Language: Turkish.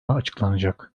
açıklanacak